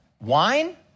Wine